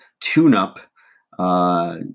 tune-up